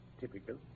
Typical